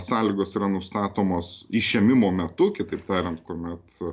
sąlygos yra nustatomos išėmimo metu kitaip tariant kuomet